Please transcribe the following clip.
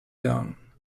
town